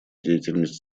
деятельность